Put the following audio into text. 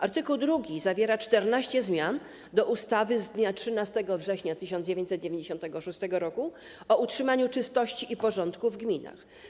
Art. 2 zawiera 14 zmian do ustawy z dnia 13 września 1996 r. o utrzymaniu czystości i porządku w gminach.